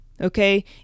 okay